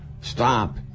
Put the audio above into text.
stop